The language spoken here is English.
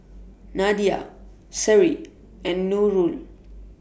Nadia Seri and Nurul